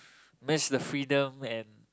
miss the freedom and